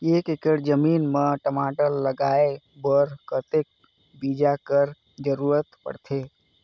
एक एकड़ जमीन म टमाटर लगाय बर कतेक बीजा कर जरूरत पड़थे?